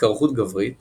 התקרחות גברית